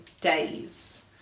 days